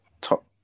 top